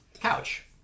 couch